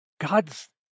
god's